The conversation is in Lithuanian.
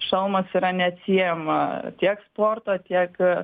šalmas yra neatsiejama tiek sporto tiek